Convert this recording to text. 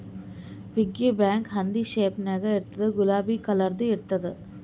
piggy bank ಹಂದಿ shape ನಾಗ್ ಇರ್ತುದ್ ಗುಲಾಬಿ ಕಲರ್ದು ಇರ್ತುದ್